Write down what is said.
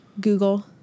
Google